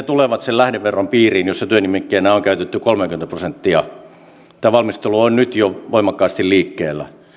tulevat sen lähdeveron piiriin jossa työnimikkeenä on on käytetty kolmeakymmentä prosenttia tämä valmistelu on jo nyt voimakkaasti liikkeellä ne